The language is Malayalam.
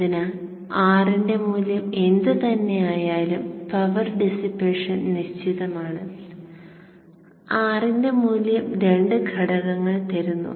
അതിനാൽ R ന്റെ മൂല്യം എന്ത് തന്നെയായാലും പവർ ഡിസിപ്പേഷൻ നിശ്ചിതമാണ് R ന്റെ മൂല്യം രണ്ട് ഘടകങ്ങൾ തരുന്നു